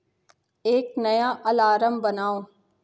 एक नया अलारम बनाओ